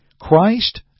Christ